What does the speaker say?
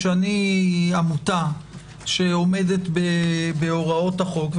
כשאני עמותה שעומדת בהוראות החוק,